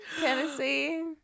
Tennessee